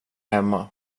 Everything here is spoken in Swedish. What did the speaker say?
hemma